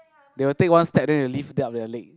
they will take one step then they lift up their leg